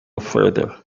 further